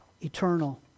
Eternal